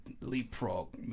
leapfrog